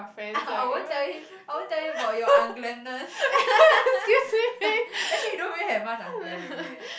I won't tell him I won't tell him about your unglamness actually you don't really have much unglam anyway ah